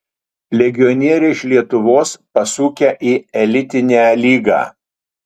legionieriai iš lietuvos pasukę į elitinę lygą